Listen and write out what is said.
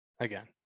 again